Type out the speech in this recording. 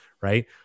right